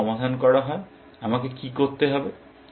যদি এটি সমাধান করা হয় আমাকে কি করতে হবে